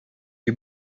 you